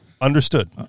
Understood